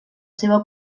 seva